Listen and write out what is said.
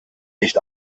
nicht